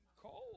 Cold